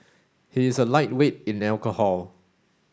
he is a lightweight in alcohol